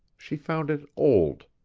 she found it old.